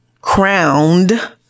crowned